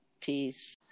Peace